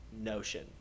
notion